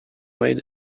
way